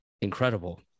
incredible